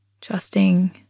trusting